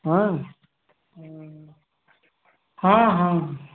हाँ हाँ हाँ